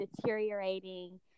deteriorating